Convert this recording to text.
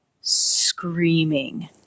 screaming